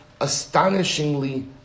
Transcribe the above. astonishingly